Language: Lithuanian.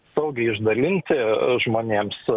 saugiai išdalinti žmonėms